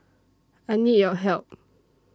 I need your help